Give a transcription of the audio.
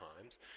times